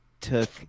took